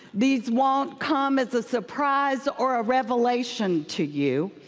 these won't come as a surprise or a revelation to you.